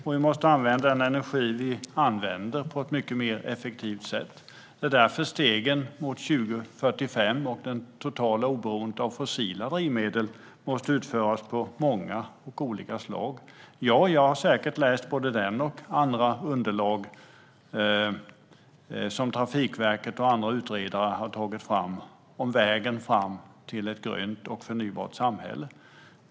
Och den energi som vi använder måste vi använda på ett mycket mer effektivt sätt. Det är därför som stegen mot 2045 och det totala oberoendet av fossila drivmedel måste tas på många olika sätt. Jag har säkert läst både det underlag som Karin Svensson Smith nämnde och andra underlag som Trafikverket och andra utredare har tagit fram om vägen fram till ett grönt och förnybart samhälle.